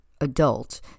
adult